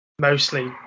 Mostly